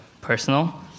personal